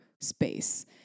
space